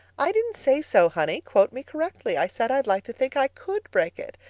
i didn't say so, honey. quote me correctly. i said i'd like to think i could break it.